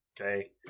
okay